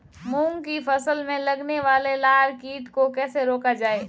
मूंग की फसल में लगने वाले लार कीट को कैसे रोका जाए?